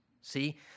See